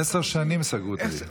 עשר שנים סגרו את העיר.